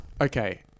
Okay